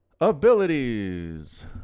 Abilities